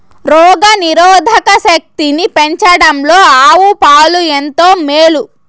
రోగ నిరోధక శక్తిని పెంచడంలో ఆవు పాలు ఎంతో మేలు